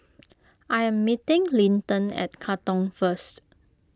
I am meeting Linton at Katong first